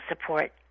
support